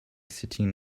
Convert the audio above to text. sitting